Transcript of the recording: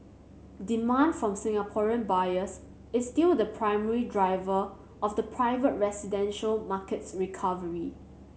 demand from Singaporean buyers is still the primary driver of the private residential market's recovery